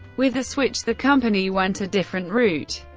with the switch, the company went a different route.